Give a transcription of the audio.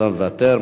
אתה מוותר.